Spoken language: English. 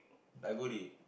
I go already